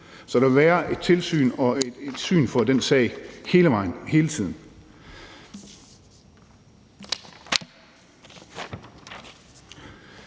Så der vil være et tilsyn og et blik for den sag hele vejen igennem